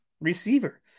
receiver